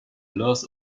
loss